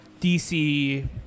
DC